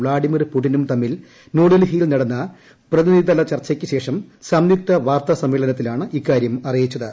Vladimir പുടിനും തമ്മിൽ ന്യൂഡൽഹിയിൽ നടന്ന പ്രതിനിധിതല ചർച്ചയ്ക്ക് ശേഷം സംയുക്ത വാർത്താസമ്മേളനത്തിലാണ് ഇക്കാര്യം അറിയിച്ചത്